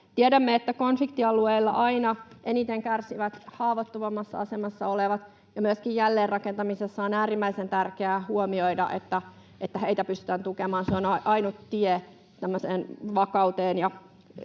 Tiedämme, että konfliktialueella aina eniten kärsivät haavoittuvimmassa asemassa olevat, ja myöskin jälleenrakentamisessa on äärimmäisen tärkeää huomioida, että heitä pystytään tukemaan. Se on ainut tie tämmöiseen